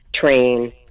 train